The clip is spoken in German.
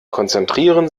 konzentrieren